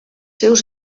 seus